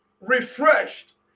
refreshed